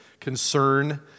concern